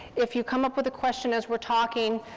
if you come up with a question as we're talking,